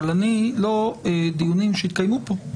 אבל אלה דיונים שהתקיימו פה.